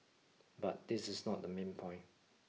but this is not the main point